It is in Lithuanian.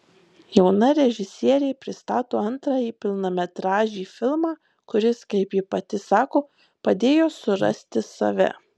jauna režisierė pristato antrąjį pilnametražį filmą kuris kaip ji pati sako padėjo surasti save